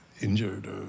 injured